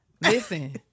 Listen